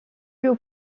lui